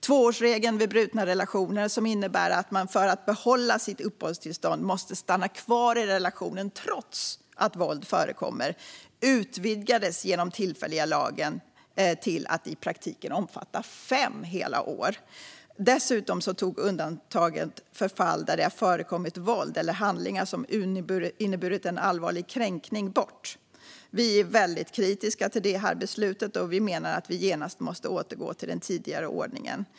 Tvåårsregeln vid brutna relationer, som innebär att man för att behålla sitt uppehållstillstånd måste stanna kvar i relationen trots att våld förekommer, utvidgades genom den tillfälliga lagen till att i praktiken omfatta fem hela år. Dessutom tog man bort undantaget för fall där det har förekommit våld eller handlingar som inneburit en allvarlig kränkning. Vi är väldigt kritiska till detta beslut och menar att man genast måste återgå till den tidigare ordningen.